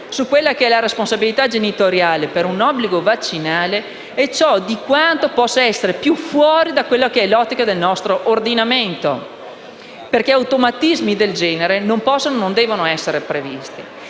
ad incidere sulla responsabilità genitoriale per un obbligo vaccinale, è quanto possa essere più estraneo ai principi del nostro ordinamento, perché automatismi del genere non possono e non devono essere previsti.